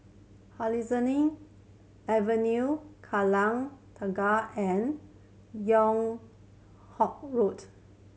Hemsley Avenue Kallang Tengah and Yung Ho Road